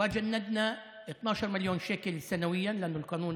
וגייסנו 12 מיליון שקל לשנה,